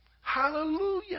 hallelujah